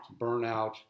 burnout